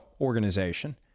organization